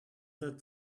that